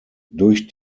durch